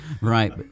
Right